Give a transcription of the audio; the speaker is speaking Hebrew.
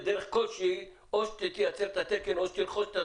בדרך כלשהי או שתייצר את התקן או שתרכוש את הזכויות,